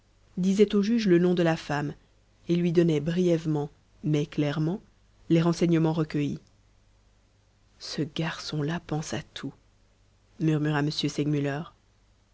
disait au juge le nom de la femme et lui donnait brièvement mais clairement les renseignements recueillis ce garçon-là pense à tout murmura m segmuller